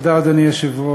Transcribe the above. תודה, אדוני היושב-ראש,